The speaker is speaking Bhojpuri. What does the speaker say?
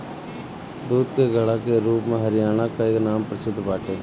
दूध के घड़ा के रूप में हरियाणा कअ नाम प्रसिद्ध बाटे